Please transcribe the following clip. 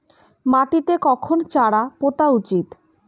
মাটিতে কখন চারা পোতা উচিৎ?